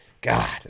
God